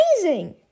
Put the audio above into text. Amazing